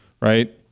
right